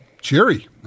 Cheery